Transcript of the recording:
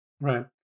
Right